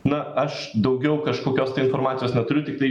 na aš daugiau kažkokios tai informacijos neturiu tiktai